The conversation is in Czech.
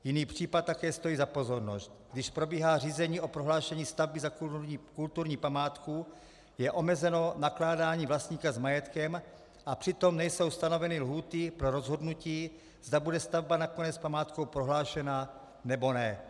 Jiný případ také stojí za pozornost: Když probíhá řízení o prohlášení stavby za kulturní památku, je omezeno nakládání vlastníka s majetkem, a přitom nejsou stanoveny lhůty pro rozhodnutí, zda bude stavba nakonec památkou prohlášena, anebo ne.